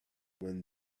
when